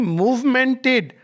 movemented